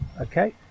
Okay